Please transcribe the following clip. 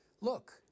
Look